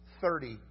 thirty